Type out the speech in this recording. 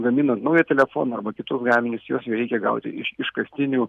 gaminant naują telefoną arba kitus gaminius juos jau reikia gauti iš iškastinių